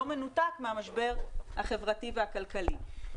לא מנותק מהמשבר החברתי והכלכלי.